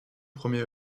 premier